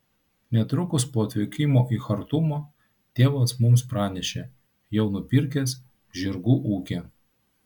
netrukus po atvykimo į chartumą tėvas mums pranešė jau nupirkęs žirgų ūkį